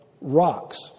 rocks